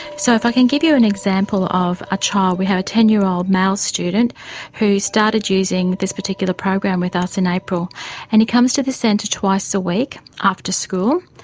so if i can give you an example of a child we have a ten year old male student who started using this particular program with us in april and he comes to the centre twice a week after school.